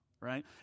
right